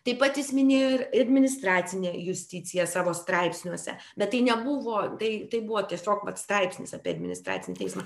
taip pat jis minėjo ir ir administracinę justiciją savo straipsniuose bet tai nebuvo tai tai buvo tiesiog vat straipsnis apie administracinį teismą